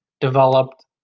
developed